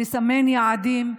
לסמן יעדים,